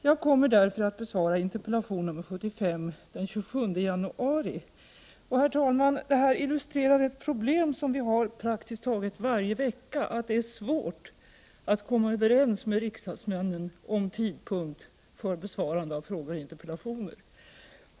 Jag kommer därför att besvara interpellationen den 27 januari 1989. Detta illustrerar ett problem som vi har praktiskt taget varje vecka, nämligen att det är svårt att komma överens med riksdagsmännen om tidpunkt för besvarande av frågor och interpellationer.